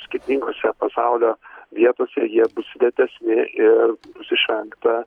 skirtingose pasaulio vietose jie bus retesni ir bus išvengta